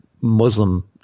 Muslim